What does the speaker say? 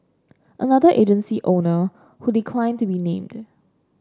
another agency owner who declined to be named